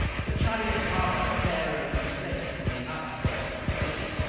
the chariot passed a fair open space, on the outskirts of the city.